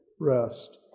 rest